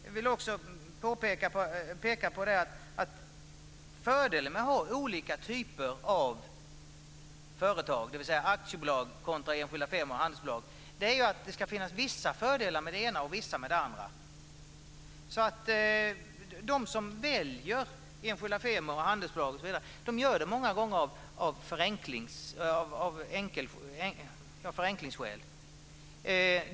Jag vill också påpeka att fördelen med att ha olika typer av företag, dvs. aktiebolag kontra enskilda firmor och handelsbolag, är att det ska finnas vissa fördelar med det ena och vissa med det andra. De som väljer enskilda firmor och handelsbolag gör det många gånger av förenklingsskäl.